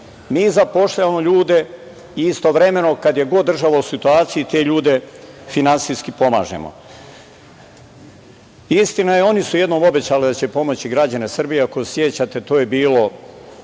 Mi zapošljavamo ljude i istovremeno kad je god država u situaciji, te ljude finansijski pomažemo. Istina je, oni su jednom obećali da će pomoći građane Srbije, ako se sećate, to je bilo